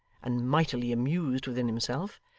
and mightily amused within himself,